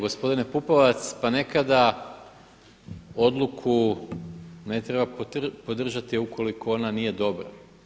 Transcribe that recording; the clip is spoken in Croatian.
Gospodine Pupovac, pa nekada odluku ne treba podržati ukoliko ona nije dobra.